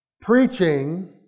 Preaching